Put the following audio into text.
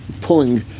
pulling